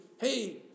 hey